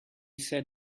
said